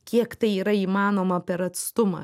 kiek tai yra įmanoma per atstumą